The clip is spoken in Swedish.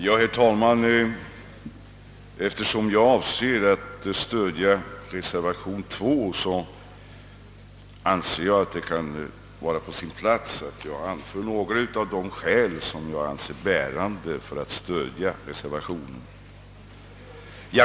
Herr talman! Eftersom jag avser att stödja den med II betecknade reserva tionen, anser jag att det kan vara på sin plats att anföra några av de skäl som jag finner vara bärande för att stödja reservationen.